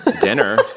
dinner